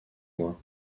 mois